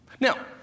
Now